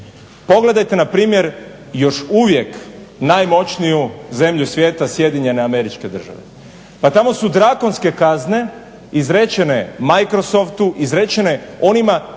Pogledajte na primjer još uvijek najmoćniju zemlju svijeta Sjedinjene Američke Države. Pa tamo su drakonske kazne izrečene Microsoftu, izrečene onima koji